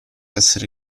essere